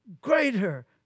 greater